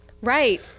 Right